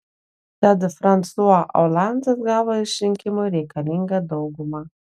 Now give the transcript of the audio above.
tad fransua olandas gavo išrinkimui reikalingą daugumą